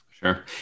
Sure